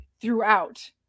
throughout